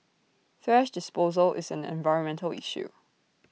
thrash disposal is an environmental issue